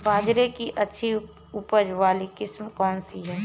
बाजरे की अच्छी उपज वाली किस्म कौनसी है?